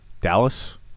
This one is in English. Dallas